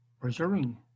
preserving